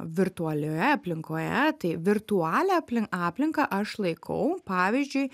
virtualioje aplinkoje tai virtualią aplin aplinką aš laikau pavyzdžiui